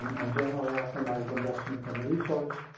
and generally optimize investments and the resource